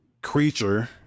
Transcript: creature